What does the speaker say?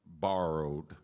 Borrowed